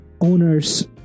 owners